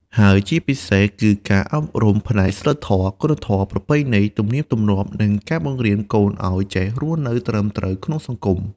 ហើយជាពិសេសគឺការអប់រំផ្នែកសីលធម៌ គុណធម៌ ប្រពៃណី ទំនៀមទម្លាប់ និងការបង្រៀនកូនឲ្យចេះរស់នៅត្រឹមត្រូវក្នុងសង្គម។